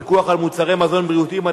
פיקוח על מוצרי מזון בריאותיים),